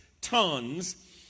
tons